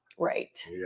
right